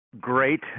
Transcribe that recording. Great